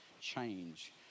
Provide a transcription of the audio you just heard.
change